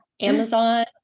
Amazon